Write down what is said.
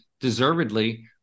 deservedly